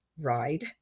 ride